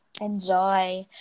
Enjoy